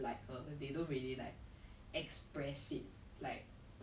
correct like even those people bitching about it like they probably have like